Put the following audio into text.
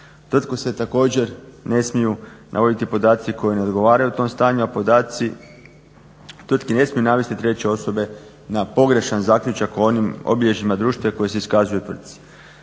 Tvrtke također ne smiju navoditi podatke koje ne odgovaraju tom stanju, a podaci tvrtke ne smiju navesti treće osobe na pogrešan zaključak o onim obilježjima društva koje se iskazuje tvrtci.